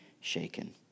shaken